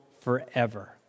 forever